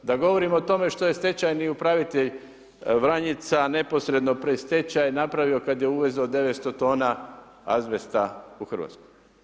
Da govorim o tome što je stečajni upravitelj Vranjica neposredno pred stečaj napravio kada je uvezao 900 tona azbesta u Hrvatsku.